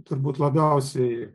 turbūt labiausiai